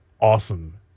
awesome